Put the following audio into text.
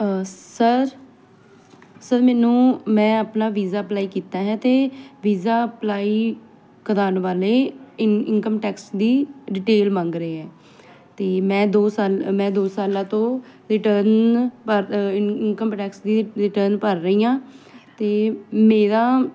sir sir ਮੈਨੂੰ ਮੈਂ ਆਪਣਾ ਵੀਜ਼ਾ ਅਪਲਾਈ ਕੀਤਾ ਹੈ ਤੇ ਵੀਜ਼ਾ ਅਪਲਾਈ ਕਰਨ ਵਾਲੇ ਇਨਕਮ ਟੈਕਸ ਦੀ ਡਿਟੇਲ ਮੰਗ ਰਹੇ ਹ ਤੇ ਮੈਂ ਦੋ ਸਾਲ ਮੈਂ ਦੋ ਸਾਲਾ ਤੋਂ ਰਿਟਰਨ ਇਨਕਮ ਟੈਕਸ ਦੀ ਰਿਟਰਨ ਭਰ ਰਹੀ ਆਂ ਤੇ ਮੇਰਾ